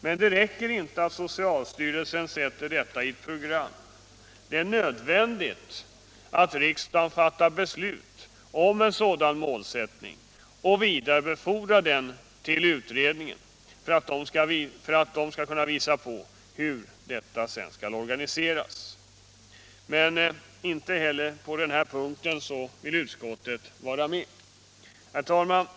Det räcker emellertid inte att socialstyrelsen sätter in detta i ett program — det är nödvändigt att riksdagen fattar beslut om en sådan målsättning och vidarebefordrar den till utredningen för att utredningen skall kunna visa på hur det här skall organiseras. Men inte heller på denna punkt vill utskottet vara med. Herr talman!